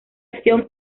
acción